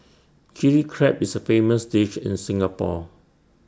Chilli Crab is A famous dish in Singapore